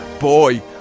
boy